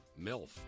MILF